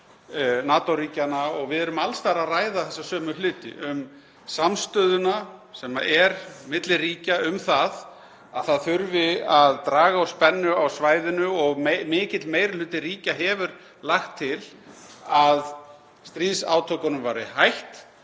NATO-ríkjanna og við erum alls staðar að ræða þessa sömu hluti, um samstöðuna sem er milli ríkja um að það þurfi að draga úr spennu á svæðinu. Mikill meiri hluti ríkja hefur lagt til að stríðsátökunum yrði hætt